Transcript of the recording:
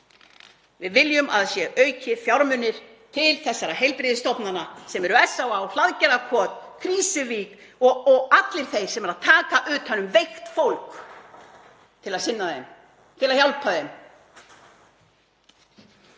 Við viljum að það séu auknir fjármunir til þessara heilbrigðisstofnana sem eru SÁÁ, Hlaðgerðarkot, Krýsuvík og allir þeir sem eru að taka utan um veikt fólk til að sinna því, til að hjálpa því.